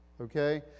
okay